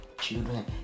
children